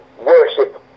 worship